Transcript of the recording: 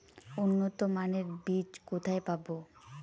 উন্নতমানের বীজ কোথায় পাব?